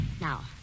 Now